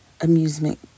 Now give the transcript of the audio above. amusement